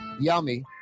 Yummy